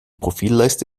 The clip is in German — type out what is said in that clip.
profilleiste